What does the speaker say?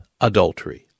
Adultery